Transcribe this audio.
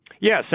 Yes